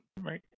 Right